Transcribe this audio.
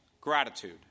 Gratitude